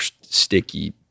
sticky